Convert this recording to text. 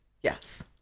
Yes